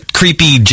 creepy